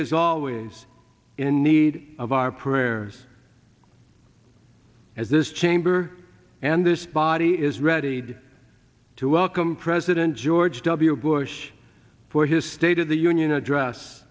is always in need of our prayers as this chamber and this body is ready to welcome president george w bush for his state of the union address